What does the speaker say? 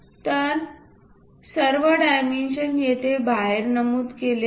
तर सर्व डायमेन्शन येथे बाहेर नमूद केले आहेत